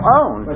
own